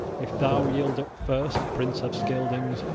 if thou yield up first, prince of scyldings,